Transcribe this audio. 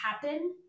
happen